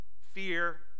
fear